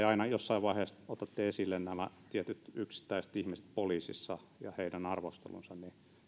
aina jossain vaiheessa otatte esille nämä tietyt yksittäiset ihmiset poliisissa ja heidän arvostelunsa